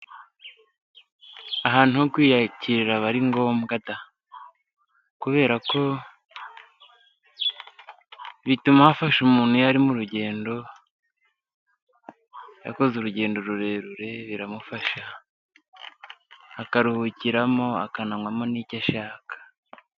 Ahantu ho kwiyakirira aba ari ngombwa da, kubera ko bituma hafasha umuntu iyo ari mu rugendo, iyo akoze urugendo rurerure biramufasha akaruhukiramo akanywamo n'icyo ashaka.